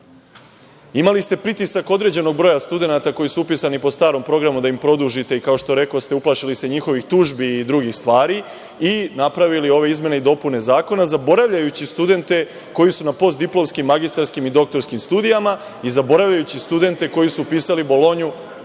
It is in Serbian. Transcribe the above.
ste pritisak određenog broja studenata koji su upisani po starom programu da im produžite i, kao što rekoste, uplašili se njihovih tužbi i drugih stvari i napravili ove izmene i dopune Zakona, zaboravljajući studente koji su na postdiplomskim, magistarskim i doktorskim studijama i zaboravljajući studente koji su upisali Bolonju